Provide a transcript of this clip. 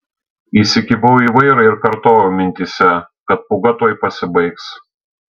įsikibau į vairą ir kartojau mintyse kad pūga tuoj pasibaigs